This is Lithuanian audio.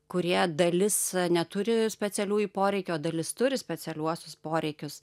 kurie dalis neturi specialiųjų poreikių o dalis turi specialiuosius poreikius